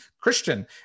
Christian